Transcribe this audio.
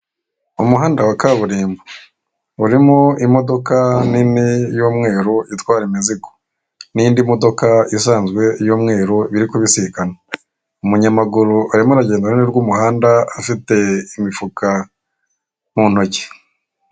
Umuhanda wa kaburimbo urimo imodoka nini y'umweru itwara imizigo, n'indi modoka isanzwe y'umweru biri kubisikana. Umunyamaguru arimo arugendo iruhande rw'umuhanda afite imifuka mu ntoki